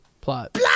Plot